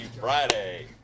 Friday